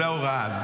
זאת ההוראה.